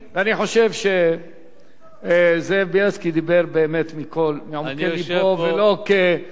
אני חושב שחבר הכנסת בילסקי דיבר מעומק לבו ולא כמערכת